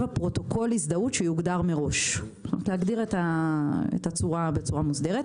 בפרוטוקול הזדהות שיוגדר מראש להגדיר את הצורה בצורה מוסדרת.